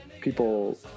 people